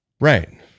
Right